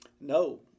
No